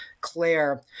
Claire